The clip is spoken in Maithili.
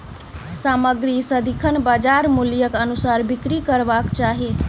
सामग्री सदिखन बजार मूल्यक अनुसार बिक्री करबाक चाही